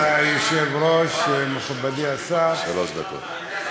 אדוני היושב-ראש, מכובדי השר, שלוש דקות.